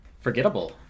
forgettable